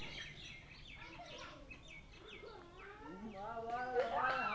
গাদা ফুলের গাছে দিনে কতবার জল দিতে হবে?